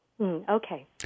Okay